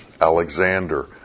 Alexander